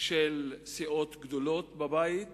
של סיעות גדולות בבית,